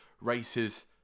races